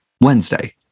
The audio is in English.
Wednesday